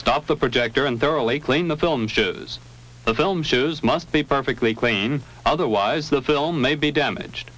stop the projector and thoroughly clean the film shows the film shoes must be perfectly clean otherwise the film may be damaged